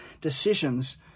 decisions